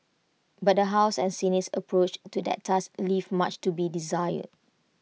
but the house and Senate's approach to that task leave much to be desired